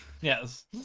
Yes